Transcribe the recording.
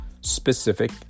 specific